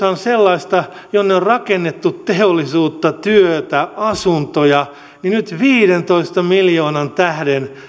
on sellaista jonne on rakennettu teollisuutta työtä asuntoja nyt viidentoista miljoonan tähden